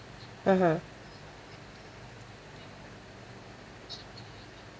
(uh huh)